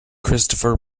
christopher